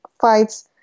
fights